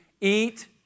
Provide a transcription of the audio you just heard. eat